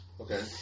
Okay